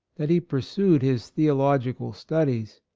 that he pursued his theological studies,